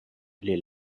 les